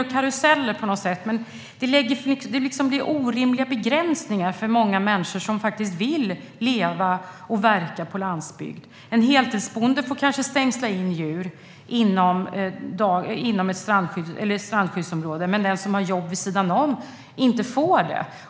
Det här blir på något sätt gungor och karuseller, men det blir orimliga begränsningar för många människor som vill leva och verka på landsbygden. En heltidsbonde får kanske stängsla in djur inom ett strandskyddsområde, medan den som har jobb vid sidan om inte får det.